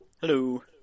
Hello